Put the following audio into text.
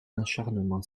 acharnement